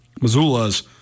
Missoula's